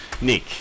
Nick